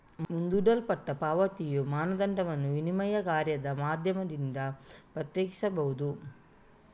ಮುಂದೂಡಲ್ಪಟ್ಟ ಪಾವತಿಯ ಮಾನದಂಡವನ್ನು ವಿನಿಮಯ ಕಾರ್ಯದ ಮಾಧ್ಯಮದಿಂದ ಪ್ರತ್ಯೇಕಿಸಬಹುದು